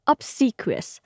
Obsequious